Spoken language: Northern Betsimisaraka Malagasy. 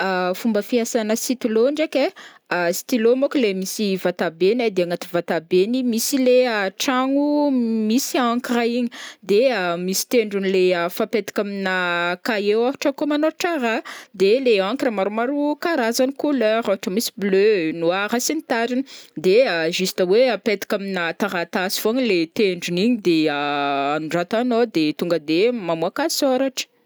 Fomba fiasana sitylo ndraiky ai stylo môko le misy vatabeny ai de agnaty vatabeny misy le tragno misy encre igny de misy tendrony le fapetaka aminà kahie ôhatra koa manôratra raha de le encre maromaro karazany couleur ohatra misy bleu, noir sy ny tariny de juste hoe apetaka aminà taratasy fogna le tendrony igny de anoratanao de tonga de mamoaka sôratra.